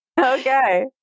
Okay